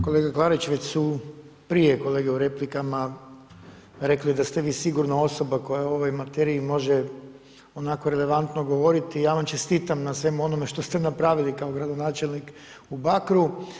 Kolega Klarić, već su prije kolege u replikama rekli da ste vi sigurno osoba koja o ovoj materiji može onako relevantno govoriti i ja vam čestitam na svemu onome što ste napravili kao gradonačelnik u Bakru.